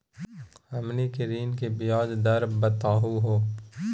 हमनी के ऋण के ब्याज दर बताहु हो?